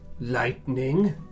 Lightning